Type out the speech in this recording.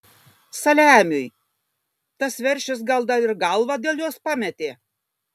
saliamiui tas veršis gal dar ir galvą dėl jos pametė